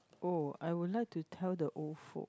oh I would like to tell the old folk